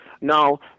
Now